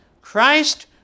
Christ